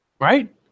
right